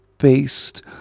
based